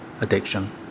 addiction